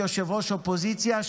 כראש האופוזיציה,